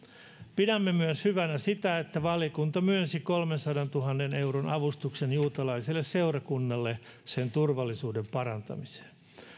pidämme hyvänä myös sitä että valiokunta myönsi kolmensadantuhannen euron avustuksen juutalaiselle seurakunnalle sen turvallisuuden parantamiseen